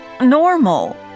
normal